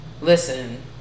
Listen